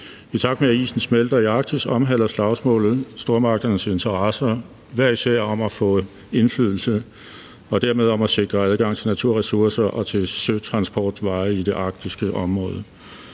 I takt med at isen smelter i Arktis, omhandler slagsmålet stormagternes interesser i hver især at få indflydelse og dermed sikre adgang til naturressourcer og til søtransportveje i det arktiske område.